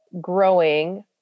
growing